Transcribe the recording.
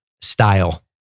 style